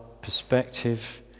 perspective